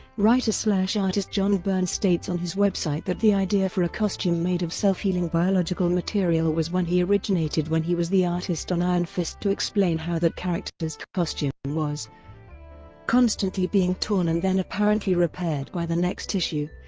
writer yeah artist john byrne states on his website that the idea for a costume made of self-healing biological material was one he originated when he was the artist on iron fist to explain how that character's costume was constantly being torn and then apparently repaired by the next issue,